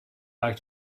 back